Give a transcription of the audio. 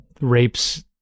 rapes